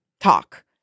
talk